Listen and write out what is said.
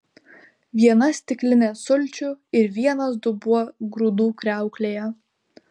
viena stiklinė sulčių ir vienas dubuo grūdų kriauklėje